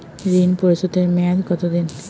ঋণ পরিশোধের মেয়াদ কত দিন?